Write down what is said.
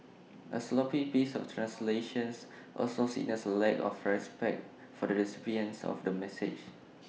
A sloppy piece of translation also signals A lack of respect for the recipient of the message